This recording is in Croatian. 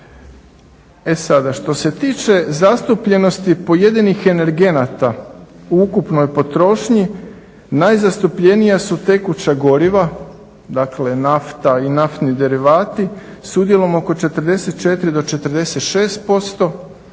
E sada, što se tiče zastupljenosti pojedinih energenata u ukupnoj potrošnji najzastupljenija su tekuća goriva dakle nafta i naftni derivati s udjelom oko 44 do 46%,